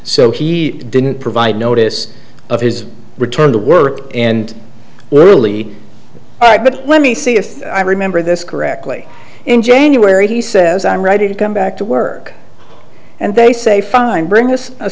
so he didn't provide notice of his return to work and early but let me see if i remember this correctly in january he says i'm ready to come back to work and they say fine bring us a